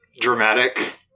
dramatic